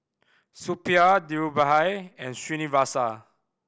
Suppiah Dhirubhai and Srinivasa